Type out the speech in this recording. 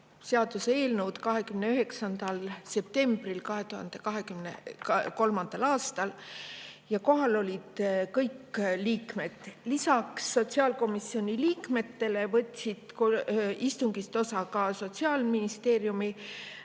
seaduseelnõu 29. septembril 2023. aastal ja kohal olid kõik liikmed. Lisaks sotsiaalkomisjoni liikmetele võtsid istungist osa Sotsiaalministeeriumi